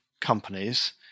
companies